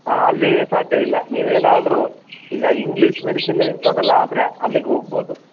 ಹಾಂ ಅಲ್ಲಿ ಸಾಧ್ಯ ಇಲ್ಲ ನೀವೇನಾದರೂ ಈಗ ಇಂಗ್ಲೀಷ್ ಮೆಡಿಸಿನ್ ಇಂಥದೆಲ್ಲ ಆದರೆ ಅಲ್ಲಿಗೆ ಹೋಗ್ಬೋದು